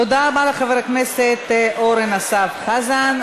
תודה רבה לחבר הכנסת אורן אסף חזן.